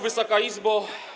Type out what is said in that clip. Wysoka Izbo!